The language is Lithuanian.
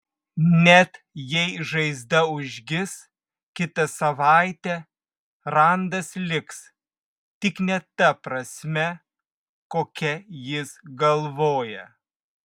net jei žaizda užgis kitą savaitę randas liks tik ne ta prasme kokia jis galvoja